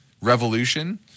revolution